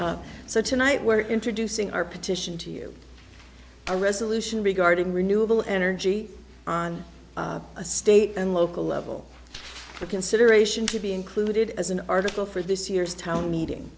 are so tonight we're introducing our petition to you a resolution regarding renewable energy on a state and local level for consideration to be included as an article for this year's town meeting